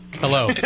Hello